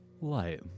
light